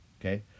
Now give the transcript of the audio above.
okay